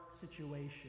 situation